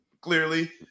Clearly